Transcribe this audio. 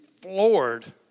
floored